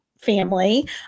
family